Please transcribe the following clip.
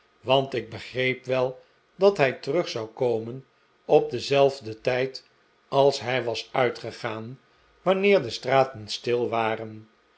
want ik begreep wel dat hij terug zou komen op denzelfden tijd als hij was uitgegaan wanneer de straten stil waren